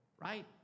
right